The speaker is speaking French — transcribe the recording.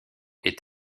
est